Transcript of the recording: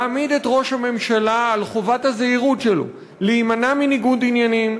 להעמיד את ראש הממשלה על חובת הזהירות שלו להימנע מניגוד עניינים,